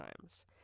times